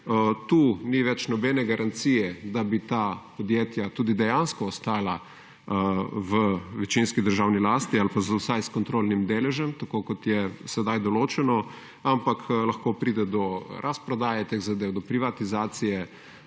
Tukaj ni več nobenega garancije, da bi ta podjetja tudi dejansko ostala v večinski državni lasti ali pa vsaj s kontrolnim deležem tako kot je sedaj določeno, ampak lahko pride do razprodaje teh zadev, do privatizacije